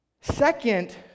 Second